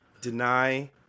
Deny